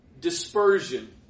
dispersion